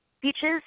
Beaches